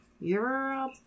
Europe